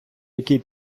який